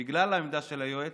בגלל העמדה של היועץ,